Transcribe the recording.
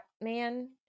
man